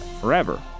forever